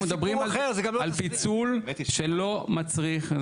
אנחנו מדברים על פיצול שלא מצריך.